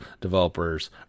developers